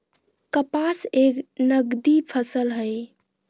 कपास एक नगदी फसल हई